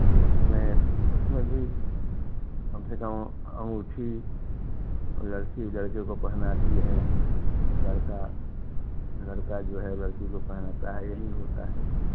तो उसमें उसमें भी कम से कम अंगूठी लड़की लड़के को पहनती है लड़का लड़का जो है लड़की को पहनाता है यही होता है कुछ